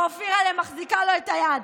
ואופירה'לה מחזיקה לו את היד.